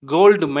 Gold